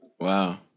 Wow